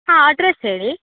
ಹಾಂ ಅಡ್ರೆಸ್ ಹೇಳಿ